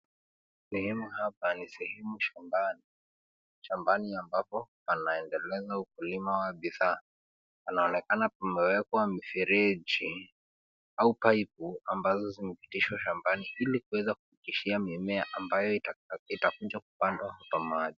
Eneo hapa ni sehemu shambani. Shambani ambapo panaendeleza ukulima wa bidhaa. Panaonekana pamewekwa mifereji au pipu ambazo zimepitishwa shambani, ili kuweza kupitishia mimea ambaye itakuja kupandwa hapa mahali.